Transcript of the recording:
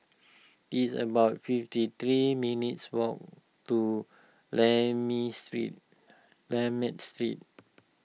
it's about fifty three minutes' walk to Lakme Street Street